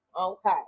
Okay